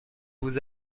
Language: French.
vous